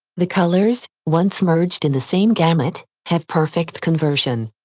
the colors, once merged in the same gamut, have perfect conversion.